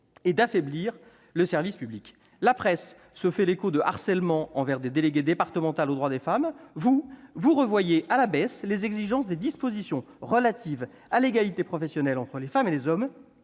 et d'affaiblir le service public ! Quand la presse se fait l'écho de harcèlement envers des déléguées départementales aux droits des femmes, vous revoyez à la baisse les exigences des dispositions relatives à l'égalité professionnelle entre les femmes et les hommes,